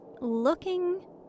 looking